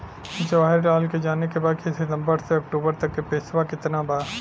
जवाहिर लाल के जाने के बा की सितंबर से अक्टूबर तक के पेसवा कितना बा?